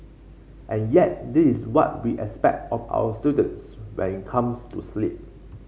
and yet this is what we expect of our students when it comes to sleep